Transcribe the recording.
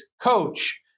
coach